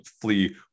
flee